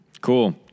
Cool